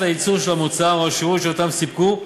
הייצור של המוצר או השירות שאותם סיפקו,